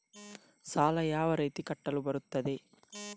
ಸಾಲ ಯಾವ ರೀತಿ ಕಟ್ಟಲು ಬರುತ್ತದೆ?